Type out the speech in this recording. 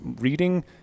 reading